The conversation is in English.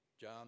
John